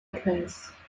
grèce